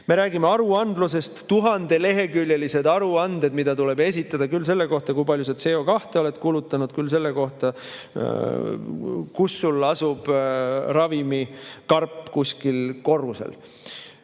Me räägime aruandlusest, 1000‑leheküljelised aruanded, mida tuleb esitada küll selle kohta, kui palju sa CO2oled kulutanud, küll selle kohta, kas sul asub ravimikarp kuskil korrusel.